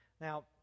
Now